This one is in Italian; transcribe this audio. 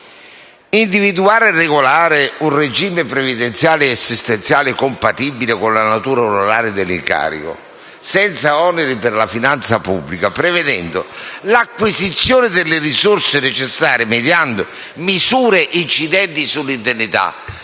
«individuare e regolare un regime previdenziale e assistenziale compatibile con la natura onoraria dell'incarico, senza oneri per la finanza pubblica, prevedendo l'acquisizione delle risorse necessarie mediante misure incidenti sull'indennità».